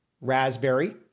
raspberry